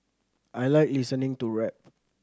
I like listening to rap